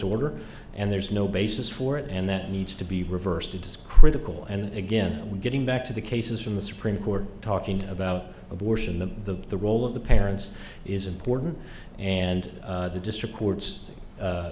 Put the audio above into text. order and there's no basis for it and that needs to be reversed it is critical and again we're getting back to the cases from the supreme court talking about abortion the the role of the parents is important and the district courts